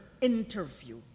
interview